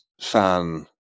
fan